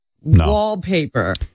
wallpaper